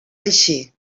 així